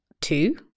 Two